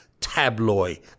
tabloid